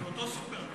אותו סופר.